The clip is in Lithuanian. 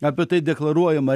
apie tai deklaruojama